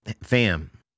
fam